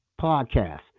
Podcast